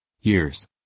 years